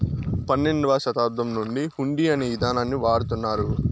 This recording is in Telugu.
పన్నెండవ శతాబ్దం నుండి హుండీ అనే ఇదానాన్ని వాడుతున్నారు